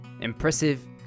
Impressive